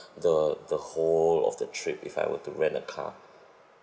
the the whole of the trip if I were to rent a car